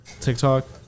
tiktok